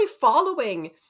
following